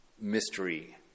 mystery